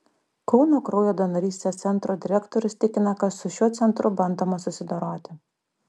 kauno kraujo donorystės centro direktorius tikina kad su šiuo centru bandoma susidoroti